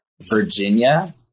Virginia